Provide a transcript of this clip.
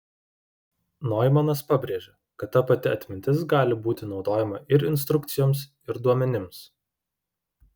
noimanas pabrėžė kad ta pati atmintis gali būti naudojama ir instrukcijoms ir duomenims